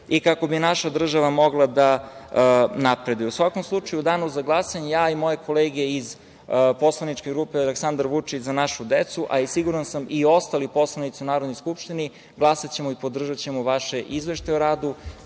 i kako bi naša država mogla da napreduje.U svakom slučaju, u danu za glasanje, ja i moje kolege iz Poslaničke grupe Aleksandar Vučić – Za našu decu, a siguran sam i ostali poslanici u Narodnoj skupštini, glasaćemo i podržaćemo vaše izveštaje o radu,